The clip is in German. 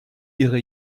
ihre